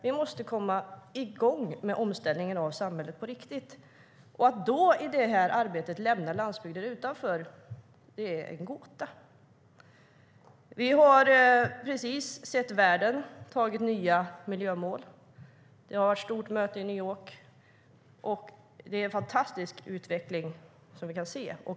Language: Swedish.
Vi måste komma igång med omställningen av samhället på riktigt. Att man i det arbetet vill lämna landsbygden utanför är en gåta. Vi har precis sett att man i världen antagit nya miljömål. Det har varit ett stort möte i New York. Det är en fantastisk utveckling vi kan se.